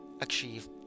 achieve